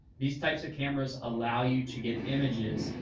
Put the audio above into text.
these types of cameras allow you to get images